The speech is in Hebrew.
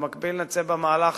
במקביל, נצא במהלך